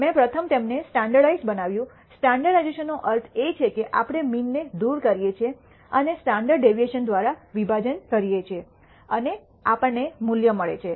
મેં પ્રથમ તેમને માનક બનાવ્યું સ્ટૈન્ડર્ડિજ઼ૈશન એનો અર્થ એ છે કે આપણે મીન ને દૂર કર્યે છે અને સ્ટાન્ડર્ડ ડેવિએશન દ્વારા વિભાજન કરીએ છીએ અને આપણને મૂલ્યો મળે છે